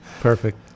Perfect